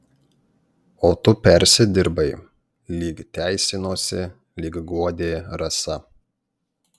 o tu persidirbai lyg teisinosi lyg guodė rasa